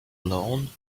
alone